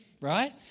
right